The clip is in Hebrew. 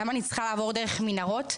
למה אני צריכה לעבור דרך מנהרות?